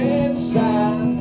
inside